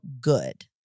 good